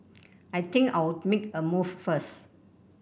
I think I'll make a move first